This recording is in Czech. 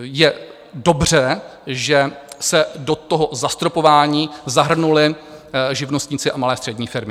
Je dobře, že se do toho zastropování zahrnuli živnostníci a malé střední firmy.